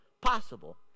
possible